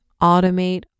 automate